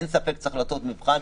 אין ספק שצריך לעשות מבחן,